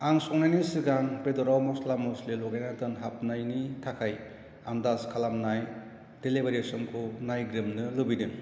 आं संनायनि सिगां बेदराव मस्ला मस्लि लगायना दोनहाबनायनि थाखाय आन्दाज खालामनाय डेलिबारि समखौ नायग्रोमनो लुबैदों